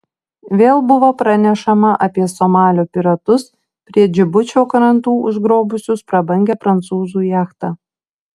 vėl buvo pranešama apie somalio piratus prie džibučio krantų užgrobusius prabangią prancūzų jachtą